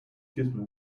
gizmo